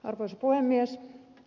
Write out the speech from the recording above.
arvoisa puhemies